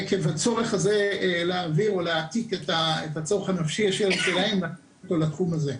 עקב הצורך הזה להעביר או להעתיק את הצורך הנפשי שלהם פה לתחום הזה.